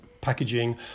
packaging